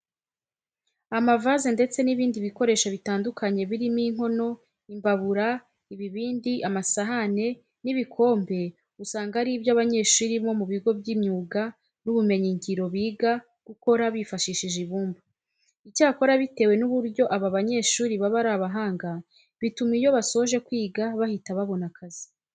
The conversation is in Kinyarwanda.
Amavaze ndetse n'ibindi bikoresho bitandukanye birimo inkono, imbabura, ibibindi, amasahane n'ibikombe usanga ari byo abanyeshuri bo mu bigo by'imyuga n'ubumenyingiro biga gukora bifashishije ibumba. Icyakora bitewe n'uburyo aba banyeshuri baba ari abahanga bituma iyo basoje kwiga bahita babona akazi.